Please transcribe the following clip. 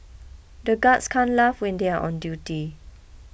the guards can't laugh when they are on duty